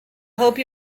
hope